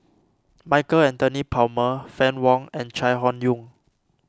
Michael Anthony Palmer Fann Wong and Chai Hon Yoong